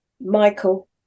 Michael